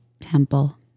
temple